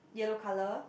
yellow colour